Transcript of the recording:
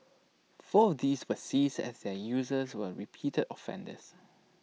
four of these were seized as their users were repeated offenders